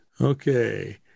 Okay